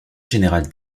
général